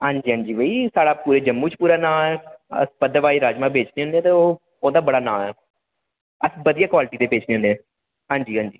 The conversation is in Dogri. हांजी हांजी भाई साढ़ा पूरे जम्मू च पूरा नांऽ ऐ अस भद्रवाही राजमां बेचनें होनें ते ओह्दा बड़ा नांऽ ऐ अस बधिया कवालटी दे बेचनें होनें आंजी आंजी